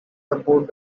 both